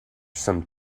some